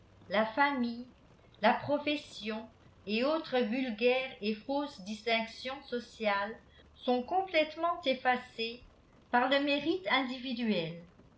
la famille la profession et autres vulgaires et fausses distinctions sociales sont complètement effacées par le mérite individuel